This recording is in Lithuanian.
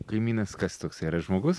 kaimynas kas toksai yra žmogus